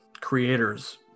creators